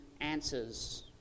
answers